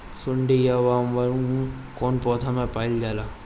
सुंडी या बॉलवर्म कौन पौधा में पाइल जाला?